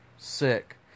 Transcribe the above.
sick